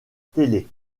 télé